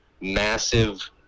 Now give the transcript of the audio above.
massive